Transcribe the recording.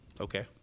Okay